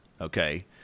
okay